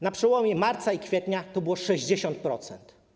Na przełomie marca i kwietnia to było 60%.